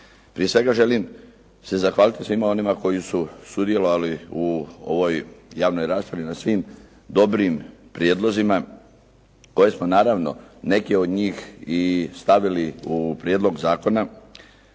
Prije svega želim se zahvaliti svima onima koji su sudjelovali su ovoj javnoj raspravi na svim dobrim prijedlozima koje smo naravno neke od njih i stavili u prijedlog zakona.